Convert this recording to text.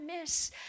miss